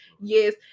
Yes